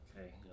Okay